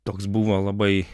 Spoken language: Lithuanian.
toks buvo labai